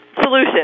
solution